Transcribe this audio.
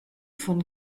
von